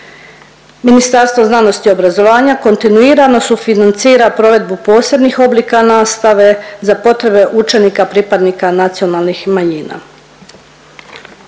Ministarstvo znanosti i obrazovanja kontinuirano sufinancira provedbu posebnih oblika nastave za potrebe učenika pripadnika nacionalnih manjina.